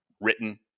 written